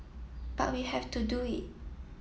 but we have to do it